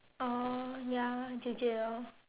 oh ya J_J lor